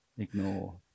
Ignore